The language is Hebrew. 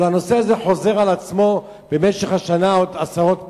הלוא הנושא הזה חוזר על עצמו במשך השנה עוד עשרות פעמים,